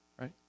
right